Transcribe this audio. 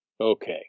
Okay